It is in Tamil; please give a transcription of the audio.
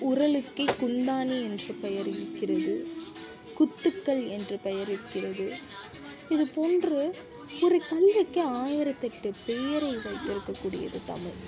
உரலுக்கே குந்தாணி என்று பெயர் இருக்கிறது குத்துக்கல் என்று பெயர் இருக்கிறது இதுபோன்று ஒரு கல்லுக்கே ஆயிரத்தெட்டு பெயரை வைத்திருக்கக்கூடியது தமிழ்